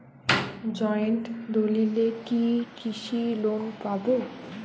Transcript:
Joint দলিলে কি কৃষি লোন পাব?